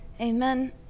Amen